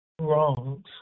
wrongs